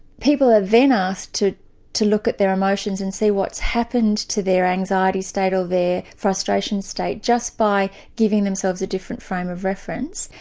people are then ah asked to to look at their emotions and see what's happened to their anxiety state or their frustration state just by giving themselves a different frame of reference.